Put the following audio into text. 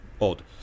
odd